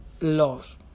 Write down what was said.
love